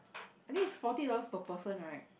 I think is forty dollars per person right